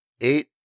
eight